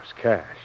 cash